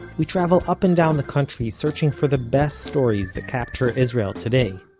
we travel up and down the country, searching for the best stories that capture israel today.